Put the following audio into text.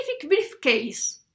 briefcase